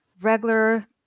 regular